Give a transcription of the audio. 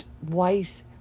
white